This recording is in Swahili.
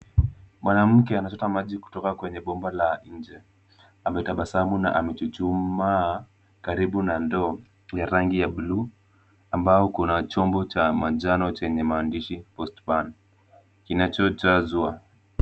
Mwanamke anachota maji kutoka kwenye bomba la nje. Ametabasamu na amechuchumaa karibu na ndoo ya rangi ya blue ambao kuna chombo cha manjano chenye maandishi postband kinachojazwa.